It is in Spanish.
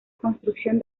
construcción